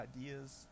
ideas